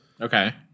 okay